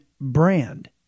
brand